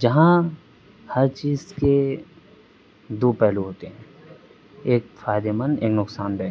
جہاں ہر چیز کے دو پہلو ہوتے ہیں ایک فائدے مند ایک نقصان بہ